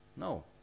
No